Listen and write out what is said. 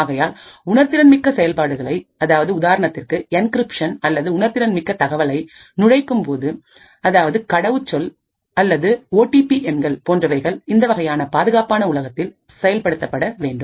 ஆகையால் உணர்திறன் மிக்க செயல்பாடுகளை அதாவது உதாரணத்திற்கு என்கிரிப்ஷன் அல்லது உணர்திறன்மிக்க தகவலை நுழைக்கும் போது அதாவது கடவுச்சொல் அல்லது ஓ டி பி எண்கள் போன்றவைகள் இந்த வகையான பாதுகாப்பான உலகத்தில் செயல்படுத்தப்பட வேண்டும்